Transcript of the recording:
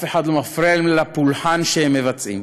אף אחד לא מפריע להם בפולחן שהם מבצעים.